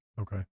Okay